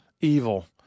evil